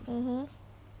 mmhmm